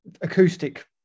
acoustic